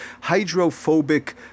hydrophobic